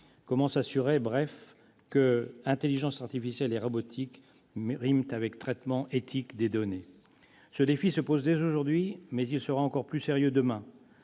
comment s'assurer qu'intelligence artificielle et robotique riment avec traitement des données éthique ? Ce défi se pose dès aujourd'hui, mais il sera encore plus sérieux demain.